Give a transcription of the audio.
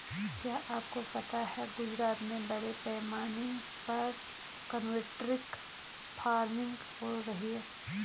क्या आपको पता है गुजरात में बड़े पैमाने पर कॉन्ट्रैक्ट फार्मिंग हो रही है?